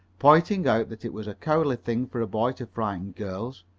pointing out that it was a cowardly thing for a boy to frighten girls.